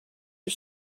are